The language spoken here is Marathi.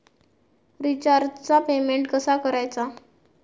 रिचार्जचा पेमेंट कसा करायचा?